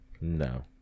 No